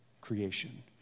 creation